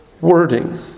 wording